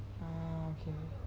ah okay